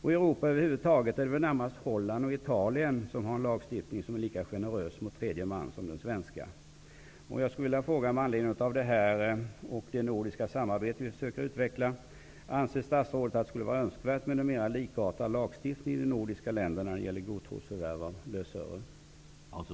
I Europa över huvud taget är det väl närmast Holland och Italien som har en lagstiftning som är lika generös mot tredje man som den svenska. Jag vill mot denna bakgrund och det nordiska samarbete som vi försöker utveckla fråga: Anser statsrådet att det skulle vara önskvärt med en mera likartad lagstiftning i de nordiska länderna när det gäller godtrosförvärv av lösöre?